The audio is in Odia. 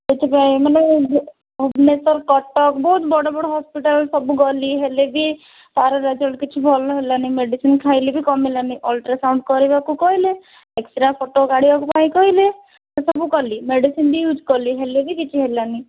ସେଥିପାଇଁ ମାନେ ଭୁବନେଶ୍ୱର କଟକ ବହୁତ ବଡ଼ ବଡ଼ ହସ୍ପିଟାଲ୍ ସବୁ ଗଲି ହେଲେବି ତା'ର ରେଜଲ୍ଟ କିଛି ଭଲ ହେଲାନି ମେଡ଼ିସିନ୍ ଖାଇଲି ବି କମିଲାନି ଅଲ୍ଟ୍ରାସାଉଣ୍ଡ କରିବାକୁ କହିଲେ ଏକ୍ସ ରେ ଫଟୋ କାଢ଼ିବାକୁ କହିଲେ ସବୁ କଲି ମେଡ଼ିସିନ୍ ବି ୟ୍ୟୁଜ୍ କଲି ହେଲେ ବି କିଛି ହେଲାନି